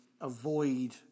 avoid